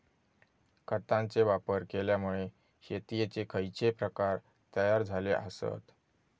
खतांचे वापर केल्यामुळे शेतीयेचे खैचे प्रकार तयार झाले आसत?